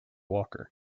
walker